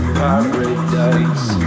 paradise